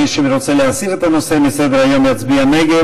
מי שרוצה להסיר את הנושא מסדר-היום יצביע נגד.